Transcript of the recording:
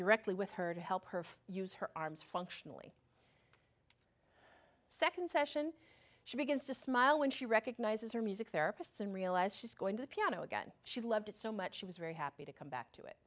directly with her to help her use her arms functionally second session she begins to smile when she recognizes her music therapists and realize she's going to piano again she loved it so much she was very happy to come back to it